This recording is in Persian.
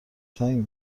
تنگ